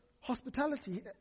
Hospitality